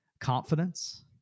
confidence